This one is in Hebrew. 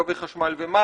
קווי חשמל ומים,